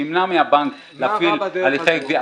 שימנע ממנו להפעיל הליכי גבייה.